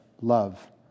love